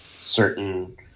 certain